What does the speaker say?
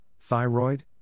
thyroid